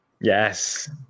yes